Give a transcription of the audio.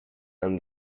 and